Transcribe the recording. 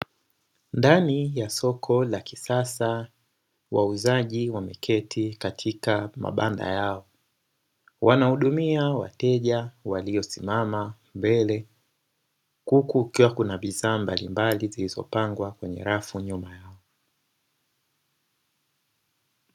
Ndani ya soko la kisasa wauzaji wameketi katika mabanda yao, wanahudumia wateja waliosimama mbele huku kukiwa kuna bidhaa mbalimbali, zilizopangwa kwenye rafu nyuma.